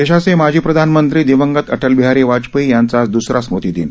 देशाचे माजी प्रधानमंत्री दिवंगत अटलबिहारी वाजपेयी यांचा आज द्रसरा स्मृतीदिन